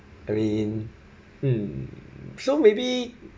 I mean mm so maybe